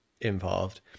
involved